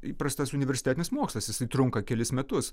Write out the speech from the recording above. įprastas universitetinis mokslas jisai trunka kelis metus